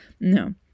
No